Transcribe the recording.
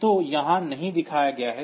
तो यह यहाँ नहीं दिखाया गया है